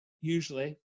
usually